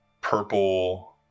purple